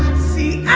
see